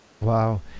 Wow